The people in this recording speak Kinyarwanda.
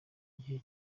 gihe